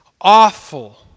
awful